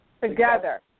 together